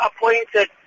appointed